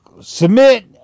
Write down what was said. submit